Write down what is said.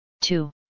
two